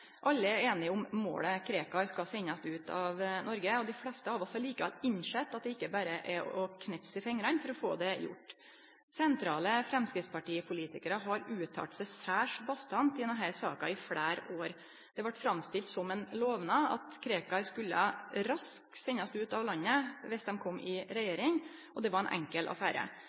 Alle er einige om målet: Krekar skal sendast ut av Noreg. Dei fleste av oss har likevel innsett at det ikkje berre er å knipse i fingrane for å få det gjort. Sentrale framstegspartipolitikarar har uttalt seg særs bastant i denne saka i fleire år. Det vart framstilt som ein lovnad at Krekar raskt skulle sendast ut av landet viss dei kom i regjering, og det var ein enkel affære.